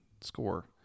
score